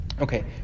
Okay